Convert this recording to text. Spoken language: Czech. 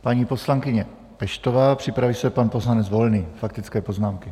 Paní poslankyně Peštová a připraví se pan poslanec Volný, faktické poznámky.